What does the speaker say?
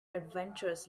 adventures